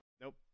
nope